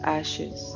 ashes